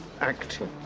acting